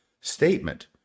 statement